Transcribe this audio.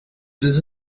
deux